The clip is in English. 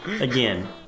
Again